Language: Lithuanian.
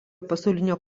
pasaulinio